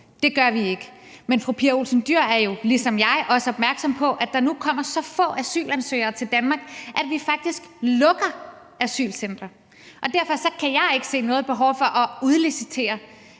Det gør vi ikke. Men fru Pia Olsen Dyhr er jo ligesom jeg også opmærksom på, at der nu kommer så få asylansøgere til Danmark, at vi faktisk lukker asylcentre. Derfor kan jeg ikke se noget behov for at udlicitere